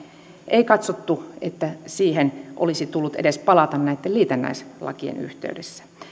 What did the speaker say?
ei katsottu että siihen olisi tullut palata edes näitten liitännäislakien yhteydessä